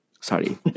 Sorry